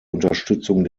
unterstützung